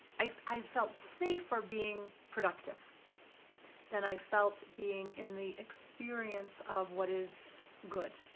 i i felt safer being productive then i felt being in the experience of what is good.